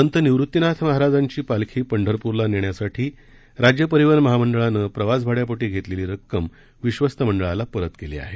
संत निवृत्तीनाथ महाराजांची पालखी पंढरपूरला नेण्यासाठी राज्य परिवहन महामंडळानं प्रवासभाड्यापोटी घेतलेली रक्कम विश्वस्त मंडळाला परत केली आहे